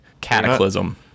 cataclysm